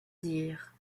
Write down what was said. dire